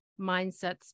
mindsets